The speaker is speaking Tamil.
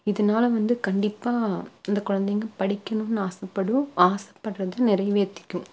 இதனால வந்து கண்டிப்பாக இந்த குழந்தைங்கள் படிக்கணும்னு ஆசைப்படும் ஆசப்படுறத நிறைவேத்திக்கும்